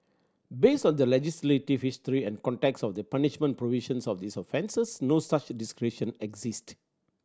based on the legislative history and context of the punishment provisions of these offences no such discretion exist